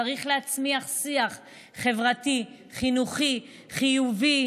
צריך להצמיח שיח חברתי חינוכי חיובי,